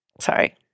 Sorry